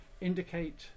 indicate